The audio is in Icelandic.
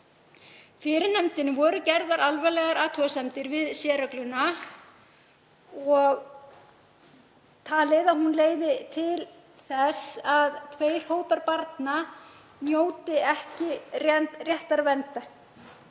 Fyrir nefndinni voru gerðar alvarlegar athugasemdir við sérregluna og talið að hún leiði til þess að tveir hópar barna njóti ekki réttarverndar